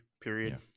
Period